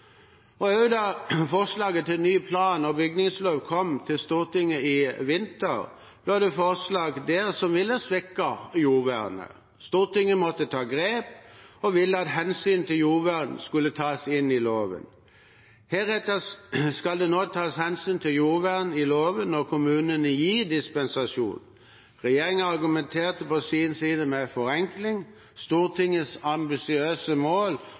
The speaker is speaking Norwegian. Og da forslaget til ny plan- og bygningslov kom til Stortinget i vinter, lå det forslag der som ville ha svekket jordvernet. Stortinget måtte ta grep og ville at hensynet til jordvern skulle tas inn i loven. Heretter skal det også tas hensyn til jordvern i loven når kommunene gir dispensasjon. Regjeringen argumenterte på sin side med forenkling. Stortingets ambisiøse mål